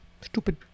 Stupid